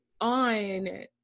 on